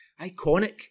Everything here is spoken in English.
Iconic